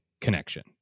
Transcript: connection